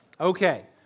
Okay